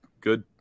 good